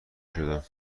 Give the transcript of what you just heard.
شدم